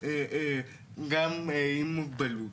עם מוגבלות,